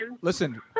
Listen